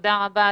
תודה רבה.